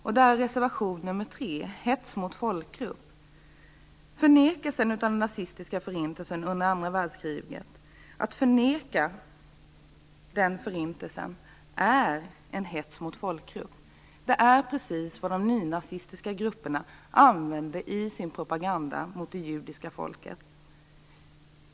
Den ena är reservation nr 3, om hets mot folkgrupp. Att förneka den nazistiska förintelsen under andra världskriget innebär hets mot folkgrupp. Det är precis vad de nynazistiska grupperna gjorde i sin propaganda mot det judiska folket.